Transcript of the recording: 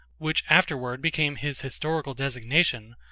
which afterward became his historical designation,